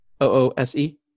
O-O-S-E